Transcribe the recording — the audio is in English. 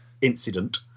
incident